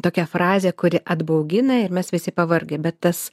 tokia frazė kuri atbaugina ir mes visi pavargę bet tas